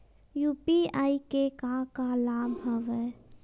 UPI के का का लाभ हवय?